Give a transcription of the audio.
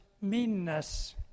meanness